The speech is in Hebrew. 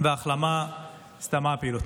אמן.